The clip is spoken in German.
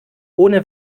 ohne